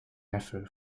neffe